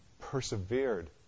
persevered